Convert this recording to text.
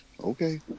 Okay